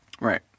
Right